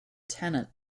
tenant